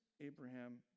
Abraham